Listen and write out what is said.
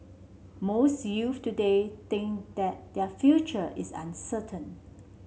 most youths today think that their future is uncertain